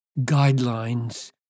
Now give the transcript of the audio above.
guidelines